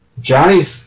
Johnny's